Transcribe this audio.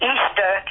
Easter